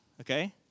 Okay